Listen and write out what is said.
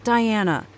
Diana